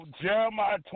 Jeremiah